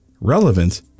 relevant